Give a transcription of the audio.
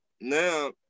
Now